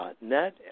Net